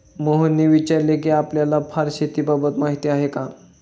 मोहनने विचारले कि आपल्याला फर शेतीबाबत माहीती आहे का?